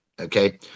Okay